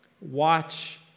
watch